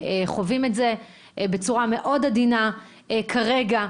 אנחנו חווים את זה היום בצורה מאוד עדינה, כרגע.